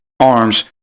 arms